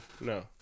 no